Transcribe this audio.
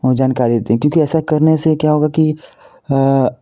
हम जानकारी दें क्योंकि ऐसा करने से क्या होगा कि